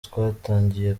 twatangiye